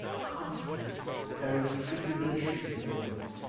constance, there is tribulation before us,